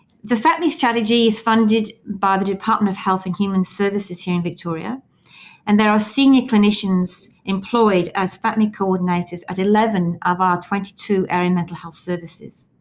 the fapmi strategy is funded by the department of health and human services here in victoria and there are senior clinicians employed as fapmi coordinators as eleven of our twenty two area mental health services.